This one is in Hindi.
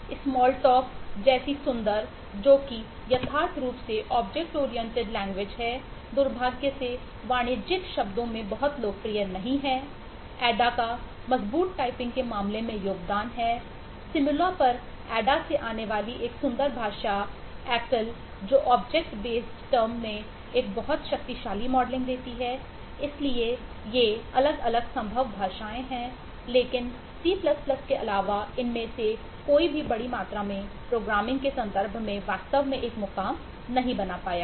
स्मॉल टॉक के अलावा इनमें से कोई भी बड़ी मात्रा में प्रोग्रामिंग के संदर्भ में वास्तव में एक मुकाम नहीं बना पाया है